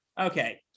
Okay